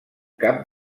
cap